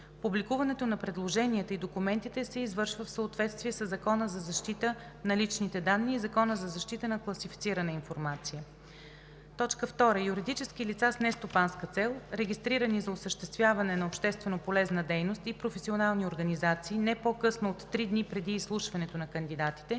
Публикуването на предложенията и документите се извършва в съответствие със Закона за защита на личните данни и Закона за защита на класифицираната информация. 2. Юридически лица с нестопанска цел, регистрирани за осъществяване на общественополезна дейност, и професионални организации не по-късно от три дни преди изслушването на кандидатите